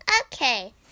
Okay